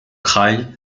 kraï